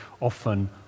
often